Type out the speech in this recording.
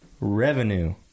Revenue